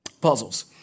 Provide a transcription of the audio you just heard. Puzzles